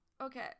Okay